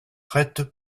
prêtes